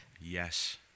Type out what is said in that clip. Yes